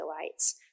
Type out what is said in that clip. Israelites